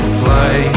fly